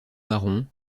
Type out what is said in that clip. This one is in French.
marron